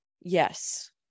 Yes